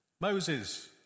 Moses